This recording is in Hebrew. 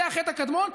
זה החטא הקדמון,